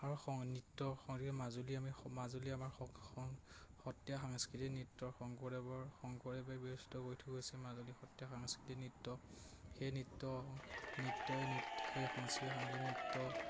আৰু সং নৃত্য সংগী মাজুলী আমি মাজুলী আমাৰ সত্ৰীয়া সাংস্কৃতিক নৃত্যৰ শংকৰদেৱৰ শংকৰদৱে কৰি থৈ গৈছে মাজুলী সত্ৰীয়া সাংস্কৃতিক নৃত্য সেই নৃত্য নৃত্যই সেই সাংস্কৃতিক নৃত্য